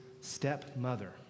stepmother